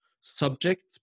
subject